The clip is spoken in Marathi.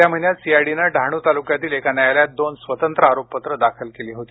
गेल्या महिन्यात सीआयडीनं डहाणू तालुक्यातील एका न्यायालयात दोन स्वतंत्र आरोपपत्रं दाखल केली होती